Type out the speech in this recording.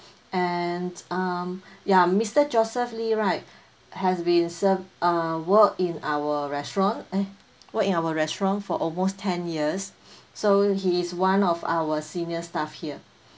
and um ya mister joseph lee right has been served uh worked in our restaurant eh worked our restaurant for almost ten years so he's one of our senior staff here